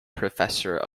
professor